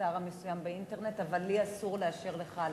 לאתר המסוים באינטרנט, אבל לי אסור לאשר לך.